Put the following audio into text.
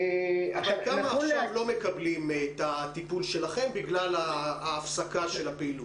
כמה עכשיו לא מקבלים את הטיפול שלכם בגלל ההפסקה של הפעילות?